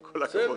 עם כל הכבוד,